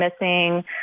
missing